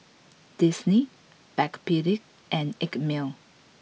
Disney Backpedic and Einmilk